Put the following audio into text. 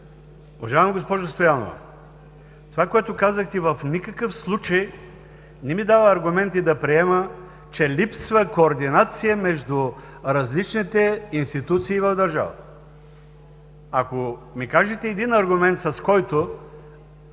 Уважаема, госпожо Стоянова, това което казахте, в никакъв случай не ми дава аргументи да приема, че липсва координация между различните институции в държавата. Ако ми кажете един аргумент, с който